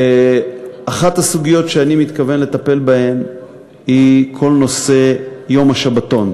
אחת הסוגיות שאני מתכוון לטפל בהן היא כל נושא יום השבתון.